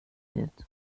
wird